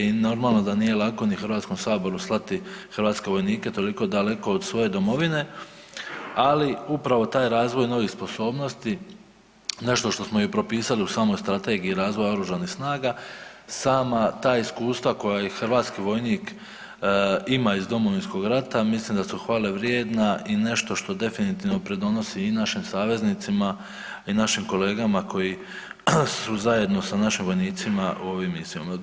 I normalno da nije lako ni HS-u slati hrvatske vojnike toliko daleko od svoje domovine, ali upravo taj razvoj novih sposobnosti nešto što smo i propisali u samoj Strategiji razvoja oružanih snaga, sama ta iskustava koja i hrvatski vojnik ima iz Domovinskog rata mislim da su hvalevrijedna i nešto što definitivno pridonosi i našim saveznicima i našim kolegama koji su zajedno sa našim vojnicima u ovim misijama.